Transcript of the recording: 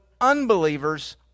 unbelievers